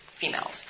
females